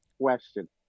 question